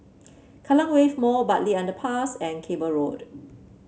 Kallang Wave Mall Bartley Underpass and Cable Road